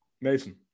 Mason